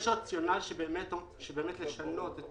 יש רציונל לשנות את